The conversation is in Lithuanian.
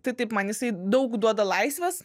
tai taip man jisai daug duoda laisvės